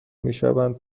میشوند